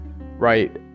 right